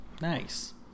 Nice